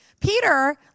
Peter